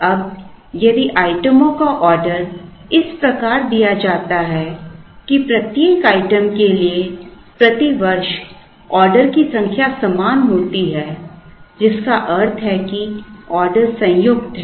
अब यदि आइटमों का ऑर्डर इस प्रकार दिया जाता है कि प्रत्येक आइटम के लिए प्रति वर्ष ऑर्डर की संख्या समान होती है जिसका अर्थ है कि ऑर्डर संयुक्त हैं